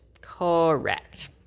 Correct